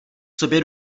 sobě